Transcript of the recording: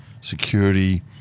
security